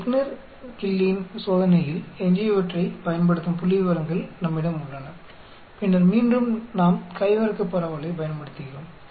Fligner Killeen சோதனையில் எஞ்சியுள்ளவற்றைப் பயன்படுத்தும் புள்ளிவிவரங்கள் நம்மிடம் உள்ளன பின்னர் மீண்டும் நாம் கை வர்க்கப் பரவலைப் பயன்படுத்துகிறோம்